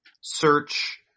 search